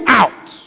out